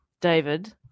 David